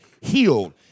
healed